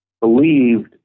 believed